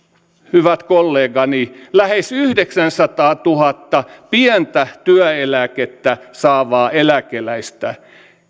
hyvät kollegani lähes yhdeksänsataatuhatta pientä työeläkettä saavaa eläkeläistä